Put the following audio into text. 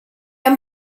han